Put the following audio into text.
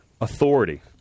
authority